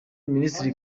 ministre